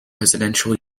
presidential